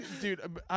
Dude